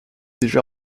déjà